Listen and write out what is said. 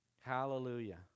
Hallelujah